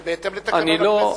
זה בהתאם לתקנות הכנסת.